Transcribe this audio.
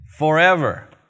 Forever